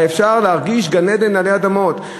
אפשר להרגיש גן-עדן עלי אדמות.